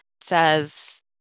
says